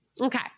Okay